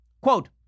Quote